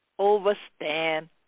overstand